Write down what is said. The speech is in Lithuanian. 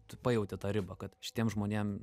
tu pajauti tą ribą kad šitiem žmonėm